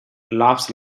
laughs